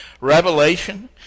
Revelation